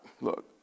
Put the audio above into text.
look